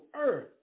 earth